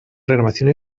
renovación